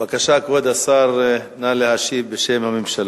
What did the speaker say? בבקשה, כבוד השר, נא להשיב בשם הממשלה.